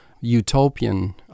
utopian